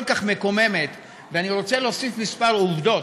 כל כך מקוממת, ואני רוצה להוסיף כמה עובדות.